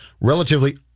relatively